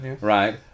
right